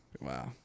wow